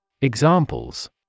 Examples